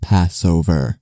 Passover